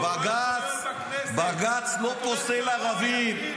בג"ץ לא פוסל ערבים.